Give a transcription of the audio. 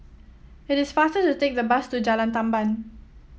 it is faster to take the bus to Jalan Tamban